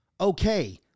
okay